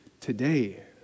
today